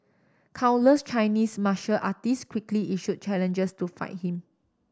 countless Chinese martial artists quickly issued challenges to fight him